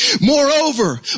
Moreover